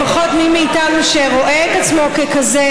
או לפחות מי מאיתנו שרואה את עצמו ככזה